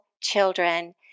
children